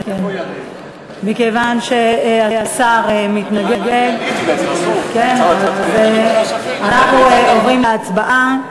מכיוון שהשר מתנגד, אנחנו עוברים להצבעה.